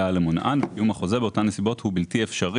למנען וקיום החוזה באותן נסיבות הוא בלתי אפשרי